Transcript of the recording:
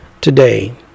today